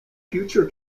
future